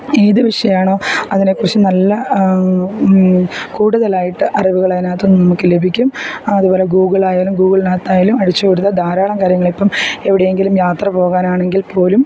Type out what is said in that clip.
ഏത് വിഷയമാണോ അതിനെ കുറിച്ച് നല്ല കുടുതലായിട്ട് അറിവുകൾ അതിനകത്തുനിന്നും നമുക്ക് ലഭിക്കും അതുപോലെ ഗൂഗിൾ ആയാലും ഗൂഗിളിനകത്തായാലും അടിച്ചുകൊടുത്താൽ ധാരാളം കാര്യങ്ങളിപ്പം എവിടെയെങ്കിലും യാത്ര പോകാനാണെങ്കിൽ പോലും